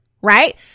Right